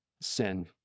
sin